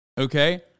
Okay